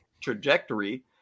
Trajectory